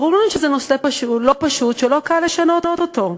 ברור לנו שזה נושא לא פשוט שלא קל לשנות אותו.